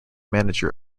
manager